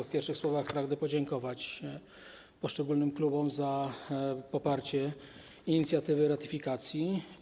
W pierwszych słowach pragnę podziękować poszczególnym klubom za poparcie inicjatywy ratyfikacji.